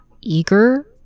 eager